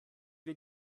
wir